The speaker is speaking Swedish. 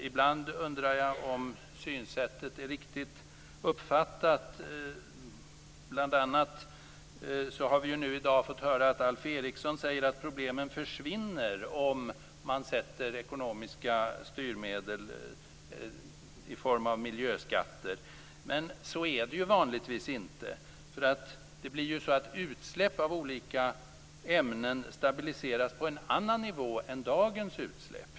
Ibland undrar jag om synsättet är riktigt uppfattat. Bl.a. har vi nu i dag fått höra att Alf Eriksson säger att problemen försvinner om man inför ekonomiska styrmedel i form av miljöskatter. Men så är det vanligtvis inte. Utsläpp av olika ämnen stabiliseras på en annan nivå än dagens.